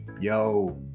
Yo